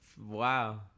Wow